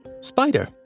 Spider